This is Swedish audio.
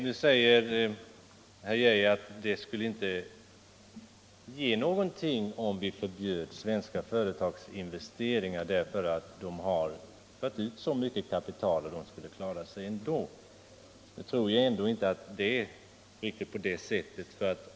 Nu säger herr Geijer att det inte skulle ge någonting om vi förbjöd svenska företag att investera i Sydafrika, eftersom de har fört ut så mycket kapital att de skulle klara sig ändå. Jag tror ändå inte att det är riktigt på det sättet.